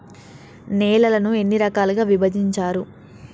నేలలను ఎన్ని రకాలుగా విభజించారు?